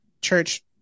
church